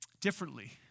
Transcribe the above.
differently